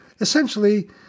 Essentially